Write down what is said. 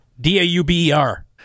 D-A-U-B-E-R